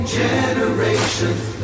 generations